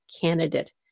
candidate